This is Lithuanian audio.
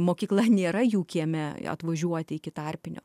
mokykla nėra jų kieme atvažiuoti iki tarpinio